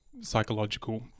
psychological